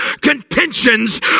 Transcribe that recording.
contentions